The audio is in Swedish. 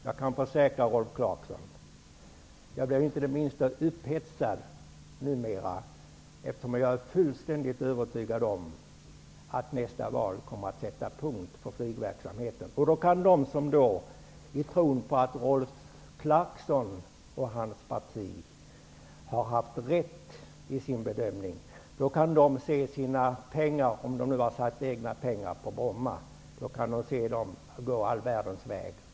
Jag kan försäkra Rolf Clarkson att jag inte blir det minsta upphetsad numera, eftersom jag är fullständigt övertygad om att nästa val kommer att sätta punkt för flygverksamheten på Bromma. Då kan de, som har satsat egna pengar på Bromma i tron på att Rolf Clarkson och hans parti har haft rätt i sin bedömning, se sina pengar gå all världens väg.